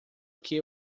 que